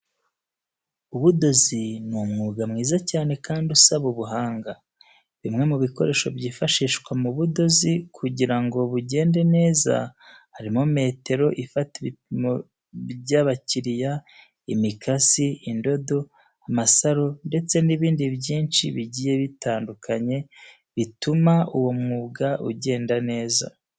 Ubudozi ni umwuga mwiza cyane kandi usaba ubuhanga. Bimwe mu bikoresho byifashishwa mu budozi kugira ngo bugende neza harimo metero ifata ibipimo by'abakiriya, imikasi, indodo, amasaro ndetse n'ibindi byinshi bigiye bitandukanye bituma uwo mwuga ugenda neza.